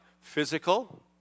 physical